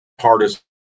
hardest